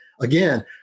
again